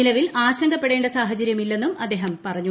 നിലവിൽ ആശങ്കപ്പെടേണ്ട സാഹചര്യമില്ലെന്നും അദ്ദേഹം പറഞ്ഞു